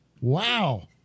Wow